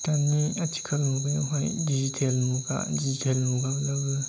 दानि आथिखाल मुगायावहाय डिजिटेल मुगा डिजिटेल मुगाब्लाबो